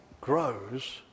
grows